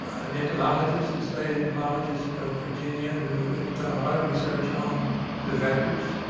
an entomologist, the state entomologist of virginia who has done a lot of research on the vectors.